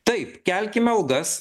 taip kelkime algas